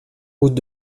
route